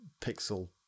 pixel